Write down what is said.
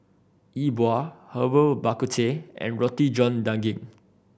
Yi Bua Herbal Bak Ku Teh and Roti John Daging